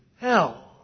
hell